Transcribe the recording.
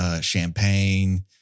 champagne